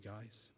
guys